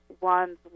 one's